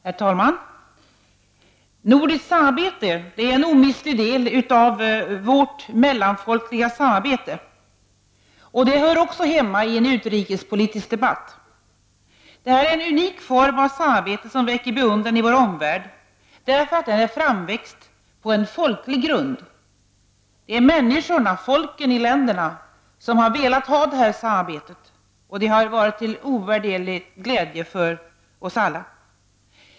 Herr talman! Nordiskt samarbete är en omistlig del av vårt mellanfolkliga samarbete och hör också hemma i en utrikespolitisk debatt. Det här är en unik form av samarbete som väcker beundran i vår omvärld därför att det har växt fram på folklig grund. Det är människorna i de nordiska länderna som har velat ha detta samarbete, och det har varit till ovärderlig glädje för oss alla.